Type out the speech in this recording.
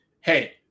hey